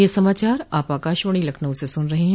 ब्रे क यह समाचार आप आकाशवाणी लखनऊ से सुन रहे हैं